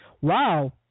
Wow